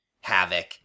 Havoc